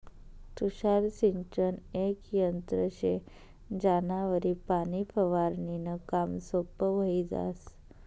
तुषार सिंचन येक यंत्र शे ज्यानावरी पाणी फवारनीनं काम सोपं व्हयी जास